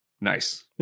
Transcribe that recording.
Nice